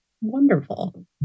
Wonderful